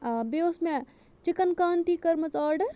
آ بیٚیہِ اوس مےٚ چِکَن کانتی کٔرمٕژ آرڈَر